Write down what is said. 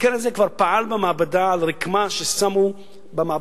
ההתקן הזה כבר פעל במעבדה על רקמה ששמו במעבדה.